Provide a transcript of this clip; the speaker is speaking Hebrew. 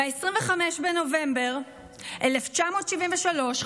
ב-25 בנובמבר 1973,